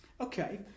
Okay